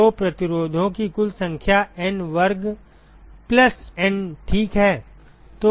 तो प्रतिरोधों की कुल संख्या N वर्ग प्लस N ठीक है